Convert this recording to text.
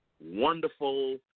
wonderful